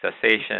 cessation